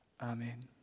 Amen